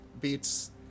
beats